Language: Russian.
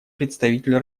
представитель